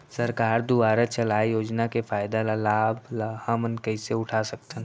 सरकार दुवारा चलाये योजना के फायदा ल लाभ ल हमन कइसे उठा सकथन?